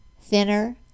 thinner